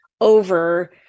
over